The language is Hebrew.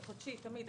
זה חודשי תמיד.